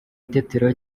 itetero